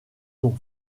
ont